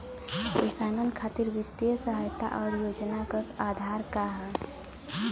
किसानन खातिर वित्तीय सहायता और योजना क आधार का ह?